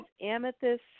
Amethyst